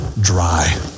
dry